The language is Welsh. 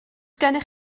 gennych